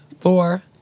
four